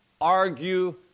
argue